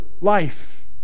life